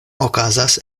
okazas